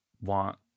want